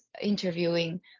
interviewing